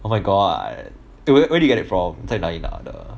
oh my god dude where did you get it from 你在哪里拿的